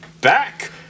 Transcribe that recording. back